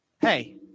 Hey